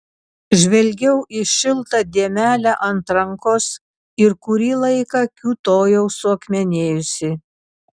žvelgiau į šiltą dėmelę ant rankos ir kurį laiką kiūtojau suakmenėjusi